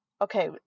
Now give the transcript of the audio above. okay